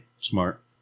Smart